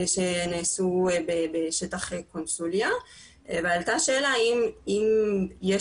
שנעשו בשטח קונסוליה ועלתה שאלה אם יש